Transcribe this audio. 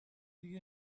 the